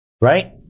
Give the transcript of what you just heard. Right